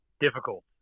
difficult